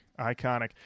Iconic